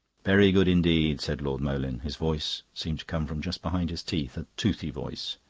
very good indeed, said lord moleyn. his voice seemed to come from just behind his teeth, a toothy voice.